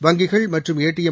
வங்கிகள் மற்றும் ஏடிளம்